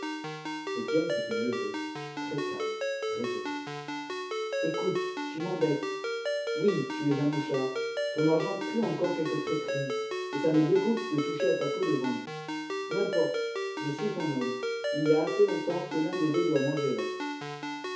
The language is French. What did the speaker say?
étienne s'était levé très calme résolu écoute tu m'embêtes oui tu es un mouchard ton argent pue encore quelque traîtrise et ça me dégoûte de toucher à ta peau de vendu n'importe je suis ton homme il y a assez longtemps que l'un des deux doit manger l'autre